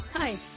Hi